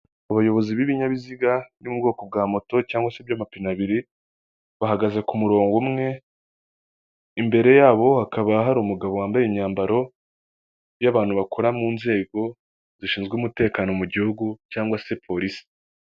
Abayobozi b'ibinyabiziga byo mu bwoko bwa moto cyangwa se by'amapine abiri, bahagaze ku murongo umwe imbere, yabo hakaba hari umugabo wambaye imyambaro y'abantu bakora mu nzego zishinzwe umutekano mu gihugu cyangwa se polisi.